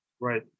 Right